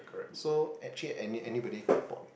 so actually any anybody could report